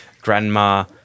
grandma